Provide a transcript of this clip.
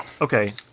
Okay